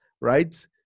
right